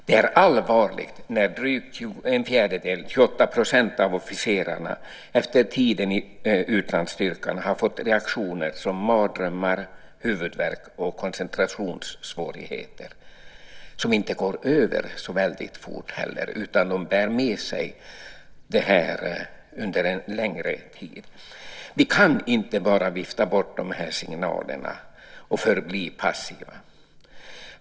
Det är allvarligt när drygt en fjärdedel - 28 %- av officerarna efter tiden i utlandsstyrkan har fått reaktioner som mardrömmar, huvudvärk och koncentrationssvårigheter som inte går över så fort, utan de bär med sig dessa besvär under en längre tid. Vi kan inte bara vifta bort dessa signaler och förbli passiva.